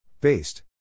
Based